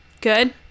Good